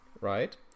right